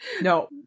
No